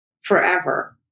forever